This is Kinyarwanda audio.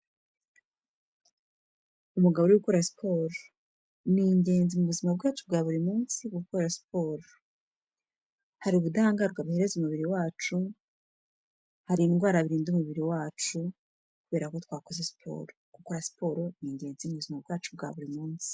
Umugabo uri gukora siporo. Ni ingenzi mu buzima bwacu bwa buri munsi gukora siporo. Hari ubudahangarwa bihereza umubiri wacu, hari indwara biririnda umubiri wacu kubera ko twakoze siporo. Gukora siporo ni ingenzi mu buzima bwacu bwa buri munsi.